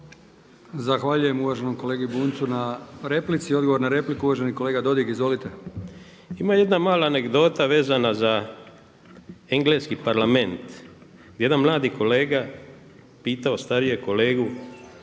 Zahvaljujem uvaženom kolegi Bunjcu na replici. Odgovor na repliku uvaženi kolega Dodig, izvolite. **Dodig, Goran (HDS)** Ima jedna mala anegdota vezana za Engleski parlament. Jedan mladi kolega pitao starijeg kolegu,